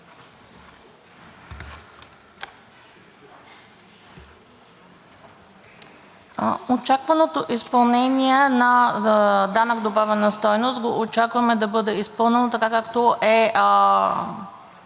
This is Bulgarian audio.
Очакваното изпълнение на данък добавена стойност го очакваме да бъде изпълнено така, както е